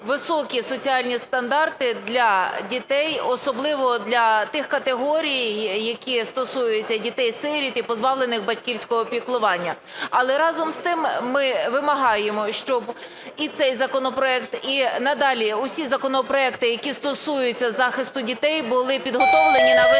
високі соціальні стандарти для дітей, особливо для тих категорій, які стосуються дітей-сиріт і позбавлених батьківського піклування. Але разом з тим ми вимагаємо, щоб і цей законопроект, і надалі усі законопроекти, які стосуються захисту дітей, були підготовлені на високому,